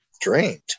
drained